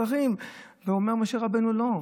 ואומר משה רבנו: לא,